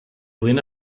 lena